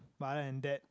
but other than that